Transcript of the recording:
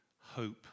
hope